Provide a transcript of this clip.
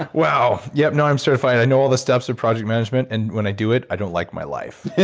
ah wow, yeah no i'm certified, i know all the steps for project management and when i do it, i don't like my life. yeah